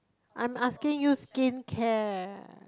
I'm asking you skincare